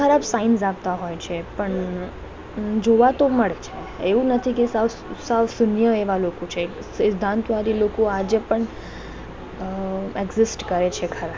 ખરાબ સાઇન્સ આપતા હોય છે પણ જોવા તો મળે છે એવું નથી કે સાવ સાવ શૂન્ય એવા લોકો છે સિદ્ધાંતવાદી લોકો આજે પણ એક્ઝિસ્ટ કરે છે ખરાં